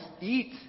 eat